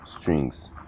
strings